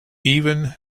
even